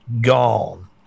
gone